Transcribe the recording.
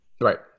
Right